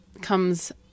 comes